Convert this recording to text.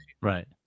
Right